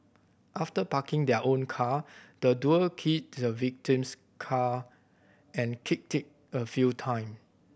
after parking their own car the duo keyed the victim's car and kicked it a few time